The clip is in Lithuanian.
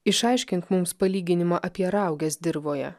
išaiškink mums palyginimą apie rauges dirvoje